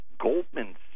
Goldman